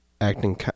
Acting